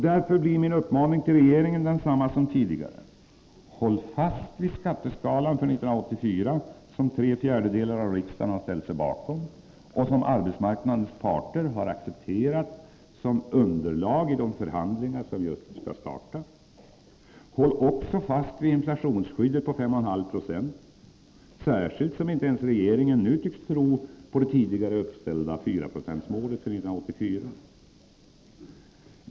Därför blir min uppmaning till regeringen densamma som tidigare: Håll fast vid skatteskalan för 1984, som tre fjärdedelar av riksdagen har ställt sig bakom och som arbetsmarknadens parter har accepterat som underlag i de förhandlingar som just skall starta. Håll också fast vid inflationsskyddet på 5,5 90, särskilt som inte ens regeringen nu tycks tro på det tidigare uppställda 4-procentsmålet för 1984.